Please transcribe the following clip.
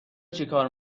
چیکار